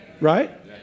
Right